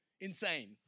insane